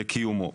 לקיומו.